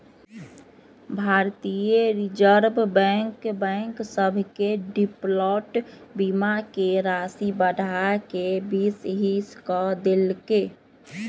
भारतीय reserve bank bank सभ के डिफॉल्ट बीमा के राशि बढ़ा कऽ बीस हिस क देल्कै